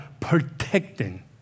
protecting